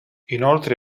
inoltre